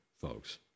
folks